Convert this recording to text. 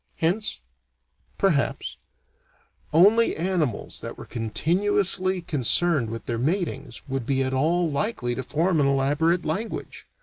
hence perhaps only animals that were continuously concerned with their matings would be at all likely to form an elaborate language.